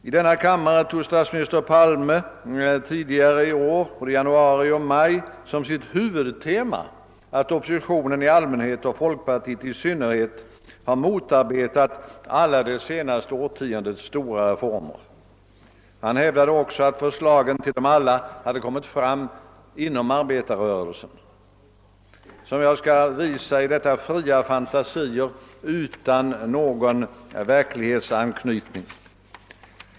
I denna kammare tog statsminister Palme tidigare i år, både i januari och i maj, som sitt huvudtema att oppositionen i allmänhet och folkpartiet i synnerhet har motarbetat de senare årens alla stora reformer. Han hävdade också att förslagen till dem alla hade kommit fram inom arbetarrörelsen. Som jag skall visa är detta emellertid bara fria fantasier utan någon verklighetsanknytning.